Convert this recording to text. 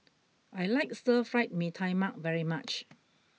I like Stir Fried Mee Tai Mak very much